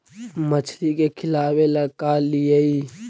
मछली के खिलाबे ल का लिअइ?